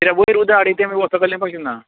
किद्या वयर उदक आडयता तें मागीर वतलेंच अशें ना